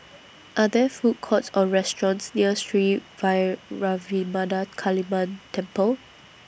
Are There Food Courts Or restaurants near Sri Vairavimada Kaliamman Temple